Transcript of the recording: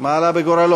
מה עלה בגורלו?